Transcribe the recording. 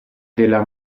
della